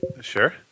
Sure